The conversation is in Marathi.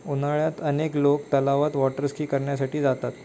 उन्हाळ्यात अनेक लोक तलावात वॉटर स्की करण्यासाठी जातात